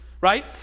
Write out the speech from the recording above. right